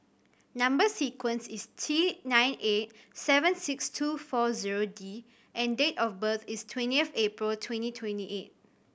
number sequence is T nine eight seven six two four zero D and date of birth is twenty of April twenty twenty eight